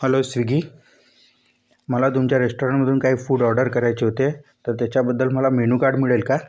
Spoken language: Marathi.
हॅलो स्विगी मला तुमच्या रेस्टॉरंटमधून काही फूड ऑर्डर करायचे होते तर त्याच्याबद्दल मला मेनू कार्ड मिळेल का